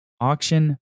auction